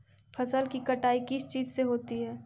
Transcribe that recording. फसल की कटाई किस चीज से होती है?